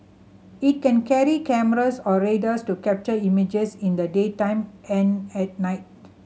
it can carry cameras or radars to capture images in the daytime and at night